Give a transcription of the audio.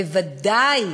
בוודאי